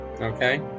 okay